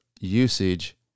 usage